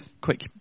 quick